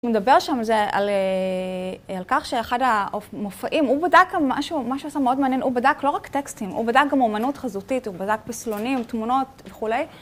נדבר שם על כך שאחד המופעים, הוא בדק מה שהוא... מה שהוא עשה מאוד מעניין, הוא בדק לא רק טקסטים, הוא בדק גם אמנות חזותית, הוא בדק פסלונים, תמונות וכולי.